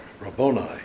Rabboni